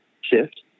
shift